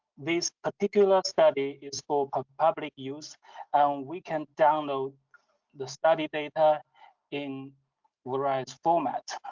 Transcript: this particular study is for public use and we can download the study data in the right format.